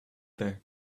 there